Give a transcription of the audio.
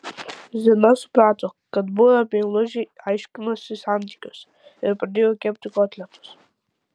zina suprato kad buvę meilužiai aiškinasi santykius ir pradėjo kepti kotletus